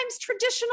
traditional